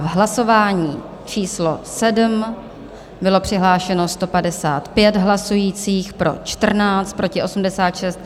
Hlasování číslo 7, bylo přihlášeno 155 hlasujících, pro 14, proti 86.